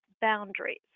boundaries